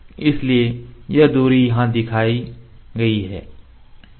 इसलिए यह दूरी यहां दिखाई गई है